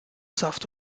saft